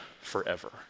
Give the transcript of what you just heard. forever